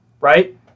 right